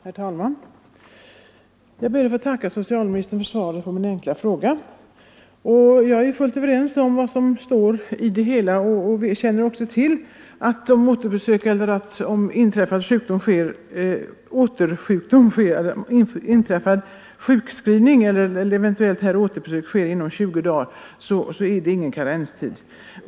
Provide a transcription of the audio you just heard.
Herr talman! Jag ber att få tacka socialministern för svaret på min enkla fråga. Jag känner till att om återbesök sker inom 20 dagar räknas ingen karenstid.